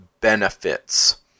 benefits